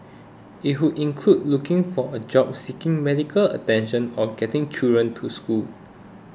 it could include looking for a job seeking medical attention or getting children to school